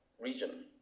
region